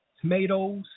tomatoes